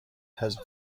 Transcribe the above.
has